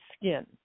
skin